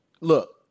Look